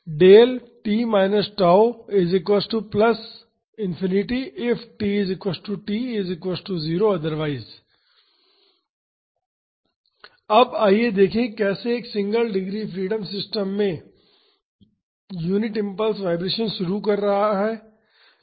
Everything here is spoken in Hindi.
δt τ if t τ 0 otherwise अब आइए देखें कि कैसे एक सिंगल डिग्री फ्रीडम सिस्टम में यूनिट इम्पल्स वाईब्रेशन शुरू कर रहा है